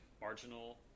marginal